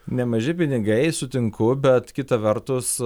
nemaži pinigai sutinku bet kita vertus